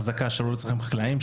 החזקה שלא לצרכים חקלאיים,